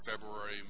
February